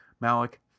malik